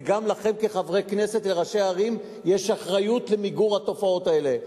וגם לכם כחברי כנסת ולראשי הערים יש אחריות למיגור התופעות האלה.